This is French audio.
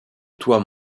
toit